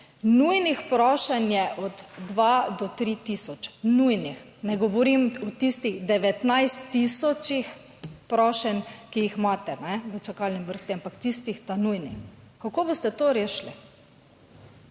nujnih prošenj je od 2 do 3000, nujnih. Ne govorim o tistih 19 tisoč prošenj, ki jih imate v čakalni vrsti, ampak tistih nujnih. Kako boste to rešili?